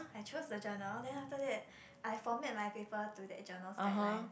I chose a journal and then after that I format my paper to that journal's guideline